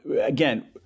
Again